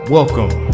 Welcome